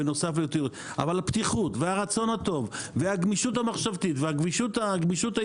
הדבר היחיד שצריך לעבור כל הזמן את הוועדה זה הדח"צים ובלאו הכי